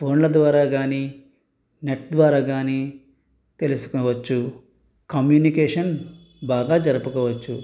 ఫోన్ల ద్వారా కానీ నెట్ ద్వారా కానీ తెలుసుకోవచ్చు కమ్యూనికేషన్ బాగా జరుపుకోవచ్చు